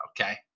Okay